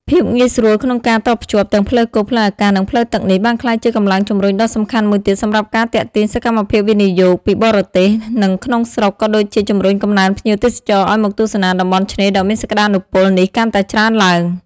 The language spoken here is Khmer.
ភាពងាយស្រួលក្នុងការតភ្ជាប់ទាំងផ្លូវគោក ផ្លូវអាកាស និងផ្លូវទឹកនេះ បានក្លាយជា កម្លាំងជំរុញដ៏សំខាន់មួយទៀត សម្រាប់ការ ទាក់ទាញសកម្មភាពវិនិយោគ ពីបរទេស និងក្នុងស្រុក ក៏ដូចជា ជំរុញកំណើនភ្ញៀវទេសចរ ឲ្យមកទស្សនាតំបន់ឆ្នេរដ៏មានសក្តានុពលនេះកាន់តែច្រើនឡើង។